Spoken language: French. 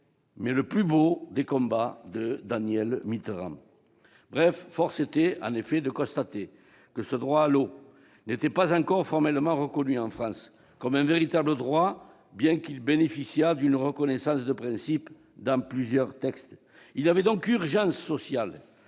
mais le plus beau des combats de Danielle Mitterrand. Force est de constater que ce droit à l'eau n'était pas encore formellement reconnu en France comme un véritable droit, bien qu'il bénéficiât d'une reconnaissance de principe dans plusieurs textes. Il y avait donc urgence sociale